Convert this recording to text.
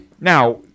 Now